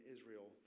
Israel